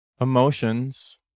emotions